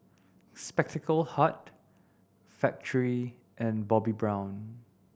Spectacle Hut Factorie and Bobbi Brown